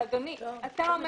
אתה אומר